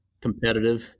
competitive